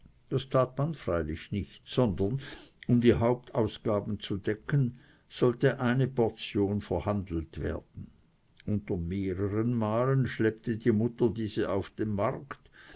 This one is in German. das tat man freilich nicht sondern um die hauptausgaben zu decken sollte eine portion verhandelt werden unter mehreren malen schleppte die mutter diese auf den markt